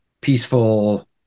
peaceful